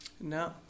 No